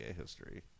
history